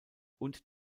und